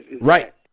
Right